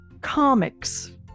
Comics